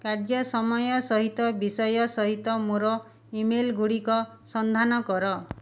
କାର୍ଯ୍ୟ ସମୟ ସହିତ ବିଷୟ ସହିତ ମୋର ଇମେଲ ଗୁଡ଼ିକ ସନ୍ଧାନ କର